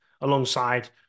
Alongside